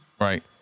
Right